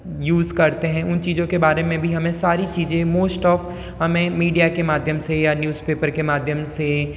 use करते हैं उन चीज़ों के बारे में भी हमें सारी चीज़ें मोस्ट ऑफ़ हमें मीडिया के माध्यम से या न्यूज़ पेपर के माध्यम से